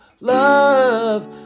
love